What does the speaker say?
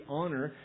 honor